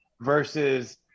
versus